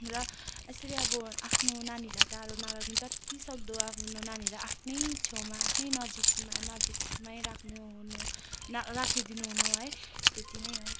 र यसरी अब आफ्नो नानीहरूलाई टाढो नराख्नु जतिसक्दो आफ्नो नानीहरूलाई आफ्नै छेउमा आफ्नै नजिकमा नजिकमै राख्नुओर्नु नराखिदिनु हुनु है त्यत्ति नै हो